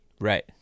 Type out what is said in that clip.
Right